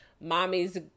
mommy's